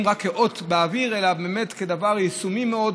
כאות באוויר אלא באמת כדבר יישומי מאוד,